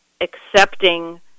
accepting